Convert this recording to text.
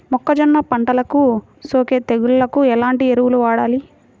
మొక్కజొన్న పంటలకు సోకే తెగుళ్లకు ఎలాంటి ఎరువులు వాడాలి?